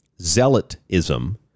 zealotism